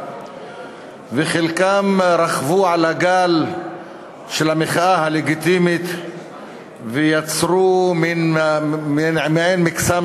וחלקן רכבו על הגל של המחאה הלגיטימית ויצרו מעין מקסם